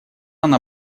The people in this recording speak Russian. она